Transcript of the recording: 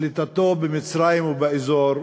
שליטתו במצרים ובאזור.